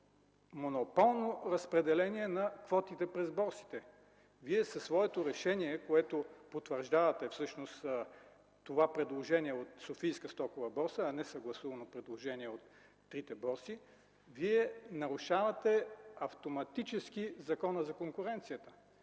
монополно разпределение на квотите през борсите. Със своето решение, с което потвърждавате всъщност това предложение от Софийска стокова борса, а не съгласувано предложение от трите борси, Вие в момента нарушавате автоматически Закона за конкуренцията.